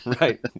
Right